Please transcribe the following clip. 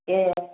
ए